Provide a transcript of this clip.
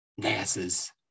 NASA's